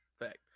fact